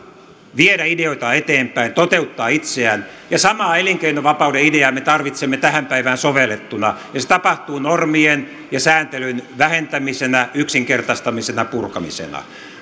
viedä ideoita eteenpäin toteuttaa itseään ja samaa elinkeinovapauden ideaa me tarvitsemme tähän päivään sovellettuna ja se tapahtuu normien ja sääntelyn vähentämisenä yksinkertaistamisena purkamisena